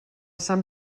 sant